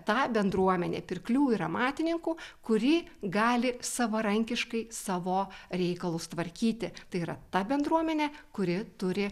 ta bendruomenė pirklių ir amatininkų kuri gali savarankiškai savo reikalus tvarkyti tai yra ta bendruomenė kuri turi